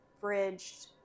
bridged